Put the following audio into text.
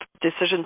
decision